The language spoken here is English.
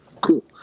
cool